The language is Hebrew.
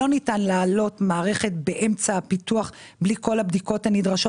לא ניתן לעלות מערכת באמצע הפיתוח בלי כל הבדיקות הנדרשות